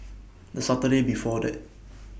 The Saturday before that